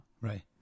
Right